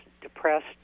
depressed